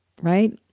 right